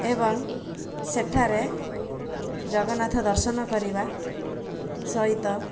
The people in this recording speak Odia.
ଏବଂ ସେଠାରେ ଜଗନ୍ନାଥ ଦର୍ଶନ କରିବା ସହିତ